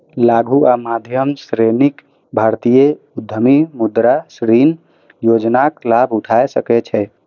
लघु आ मध्यम श्रेणीक भारतीय उद्यमी मुद्रा ऋण योजनाक लाभ उठा सकै छै